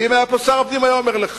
ואם היה פה שר הפנים הוא היה אומר לך